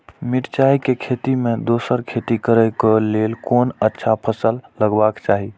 मिरचाई के खेती मे दोसर खेती करे क लेल कोन अच्छा फसल लगवाक चाहिँ?